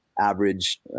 average